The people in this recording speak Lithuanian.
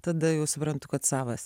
tada jau suprantu kad savas